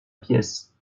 pièce